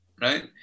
right